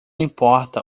importa